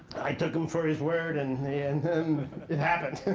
i took him for his word, and and then it happened.